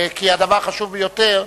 כי הדבר חשוב ביותר.